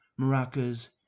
maracas